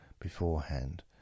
beforehand